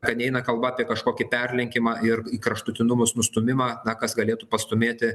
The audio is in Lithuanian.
kad neina kalba apie kažkokį perlenkimą ir kraštutinumus nustūmimą na kas galėtų pastūmėti